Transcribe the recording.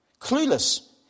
Clueless